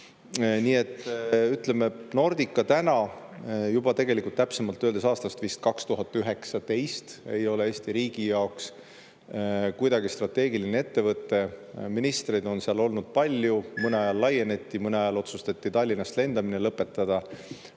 Nii et ütleme, et Nordica täna, tegelikult täpsemalt öeldes juba aastast 2019, ei ole Eesti riigi jaoks kuidagi strateegiline ettevõte. Ministreid on olnud palju, mõne ajal laieneti, mõne ajal otsustati Tallinnast lendamine lõpetada.